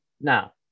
Now